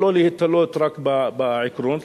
ולא להיתלות רק בעקרונות.